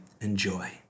enjoy